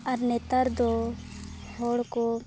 ᱟᱨ ᱱᱮᱛᱟᱨ ᱫᱚ ᱦᱚᱲ ᱠᱚ